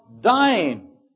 dying